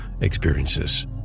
experiences